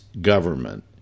government